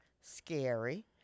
Scary